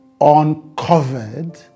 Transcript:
uncovered